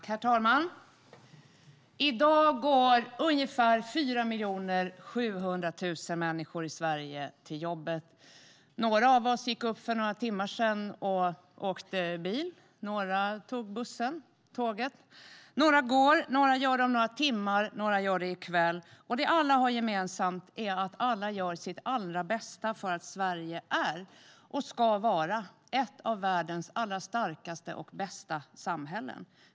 Herr talman! I dag går ungefär 4 700 000 människor i Sverige till jobbet. Några av oss gick upp för några timmar sedan och åkte bil. Några tog bussen eller tåget. Några går. Några gör det om några timmar, och några gör det i kväll. Det alla har gemensamt är att alla gör sitt allra bästa för att Sverige är och ska vara ett av världens allra starkaste och bästa samhällen.